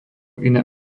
iné